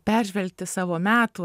peržvelgti savo metų